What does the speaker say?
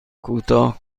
کوتاه